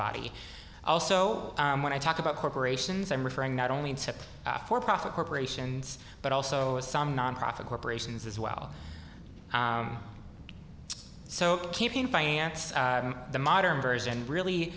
body also when i talk about corporations i'm referring not only to for profit corporations but also as some nonprofit corporations as well so campaign finance the modern version really